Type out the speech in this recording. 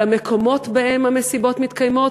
על המקומות שבהם המסיבות מתקיימות.